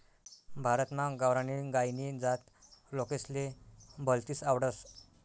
भारतमा गावरानी गायनी जात लोकेसले भलतीस आवडस